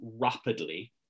rapidly